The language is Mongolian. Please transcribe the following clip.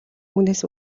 үгнээс